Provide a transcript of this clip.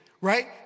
right